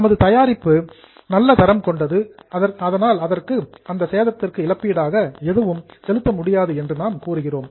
நமது தயாரிப்பு good quality நல்ல தரம் கொண்டது அதனால் சேதத்திற்கு இழப்பீடாக எதுவும் செலுத்த முடியாது என்று நாம் கூறுகிறோம்